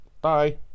bye